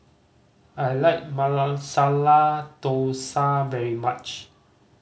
I like Masala Dosa very much